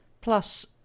Plus